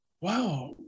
Wow